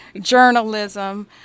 journalism